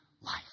life